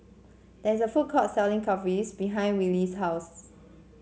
there is a food court selling Kulfi behind Willie's house